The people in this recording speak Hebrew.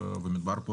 מדובר פה